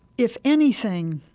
if anything,